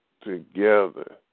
together